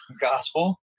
gospel